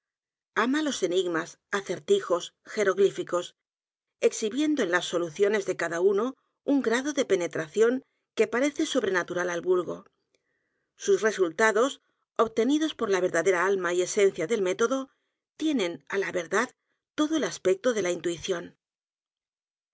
los enigmas acertijos jeroglíficos exhibiendo en las soluciones de cada uno un grado de penetración que parece sobrenatural al vulgo sus resultados obtenidos por la verdadera alma y esencia del método tienen á la verdad todo el aspecto de la intuición